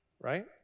right